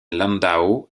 landau